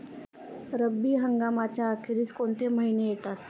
रब्बी हंगामाच्या अखेरीस कोणते महिने येतात?